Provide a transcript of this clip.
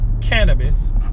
cannabis